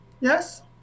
Yes